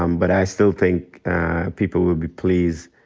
um but i still think people will be pleased.